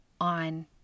on